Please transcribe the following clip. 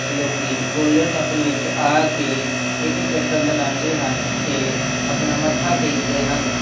ਲੋਕ Golden Temple ਵਿੱਚ ਆ ਕੇ ਇੱਕ ਚੱਕਰ ਲਗਾਉਂਦੇ ਹਨ ਅਤੇ ਆਪਣਾ ਮੱਥਾ ਟੇਕਦੇ ਹਨ